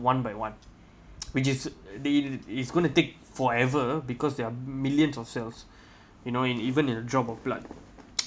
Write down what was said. one by one which is the it's gonna take forever because there are millions of cells you know in even in a drop of blood